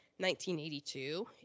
1982